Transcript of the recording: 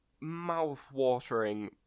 mouth-watering